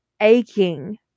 aching